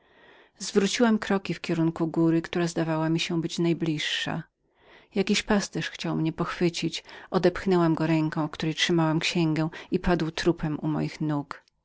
zwróciłam kroki na górę która zdawała mi się być najbliższą jakiś pasterz chciał mnie pochwycić odepchnąłemodepchnęłam go ręką w której trzymałam księgę i padł trupem u mych nóg